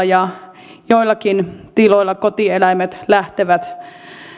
ja joillakin tiloilla kotieläimet lähtevät